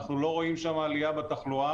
אנחנו לא רואים שם עלייה בתחלואה,